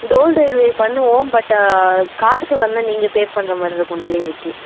toll delivery பண்ணுவோம் but காசு வந்து நீங்கள் பே பண்ற மாதிரி இருக்கும் டெலிவெரிக்கு